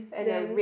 then